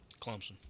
Clemson